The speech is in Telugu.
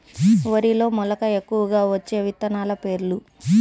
వరిలో మెలక ఎక్కువగా వచ్చే విత్తనాలు పేర్లు?